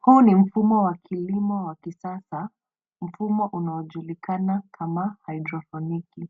Huu ni mfumo wa kilimo wa kisasa , mfumo unaojulikana kama haidroponiki.